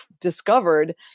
discovered